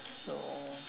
so